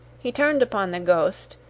he turned upon the ghost,